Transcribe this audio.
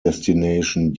destination